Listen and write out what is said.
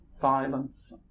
violence